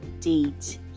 date